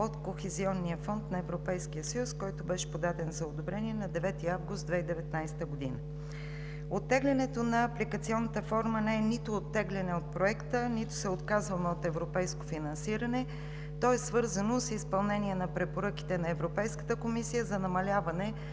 от Кохезионния фонд на Европейския съюз, който беше подаден за одобрение на 9 август 2019 г. Оттеглянето на апликационната форма не е нито оттегляне от проекта, нито се отказваме от европейско финансиране. То е свързано с изпълнение на препоръките на Европейската комисия за намаляване